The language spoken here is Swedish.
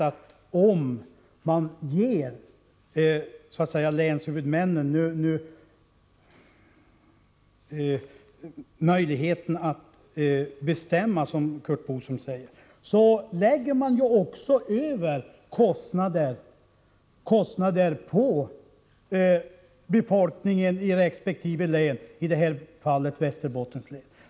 Och om man ger länshuvudmännen möjligheten att bestämma, som Curt Boström säger, då lägger man också över kostnader på befolkningen i resp. län, i det här fallet Västerbottens län.